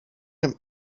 him